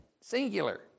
singular